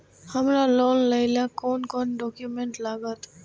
हमरा लोन लाइले कोन कोन डॉक्यूमेंट लागत?